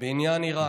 בעניין איראן,